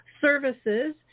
services